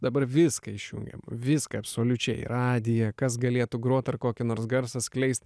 dabar viską išjungiam viską absoliučiai radiją kas galėtų grot ar kokį nors garsą skleist